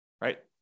right